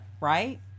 right